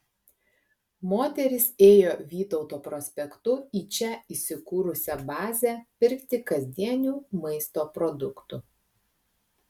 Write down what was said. moteris ėjo vytauto prospektu į čia įsikūrusią bazę pirkti kasdienių maisto produktų